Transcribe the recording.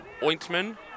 Ointman